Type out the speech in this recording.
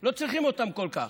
לא צריכים אותם כל כך.